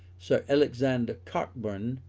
sir alexander cockburn,